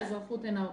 האזרחות אינה אוטומטית.